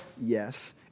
yes